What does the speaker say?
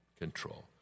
control